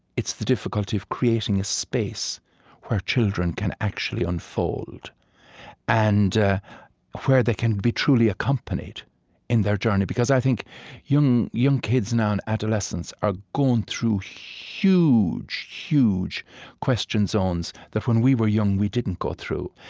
it's the difficulty of creating a space where children can actually unfold and where they can be truly accompanied in their journey, because i think young young kids now in adolescence are going through huge, huge question zones that when we were young, we didn't go through.